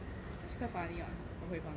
she quite funny [what] hong hui fang